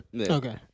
Okay